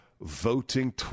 voting